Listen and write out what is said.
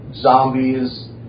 zombies